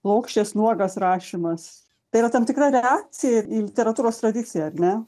plokščias nuogas rašymas tai yra tam tikra reakcija į literatūros tradiciją ar ne